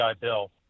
Bill